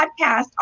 podcast